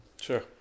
Sure